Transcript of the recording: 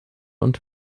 und